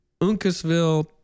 Uncasville